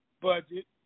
budget